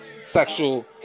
sexual